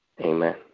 Amen